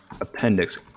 appendix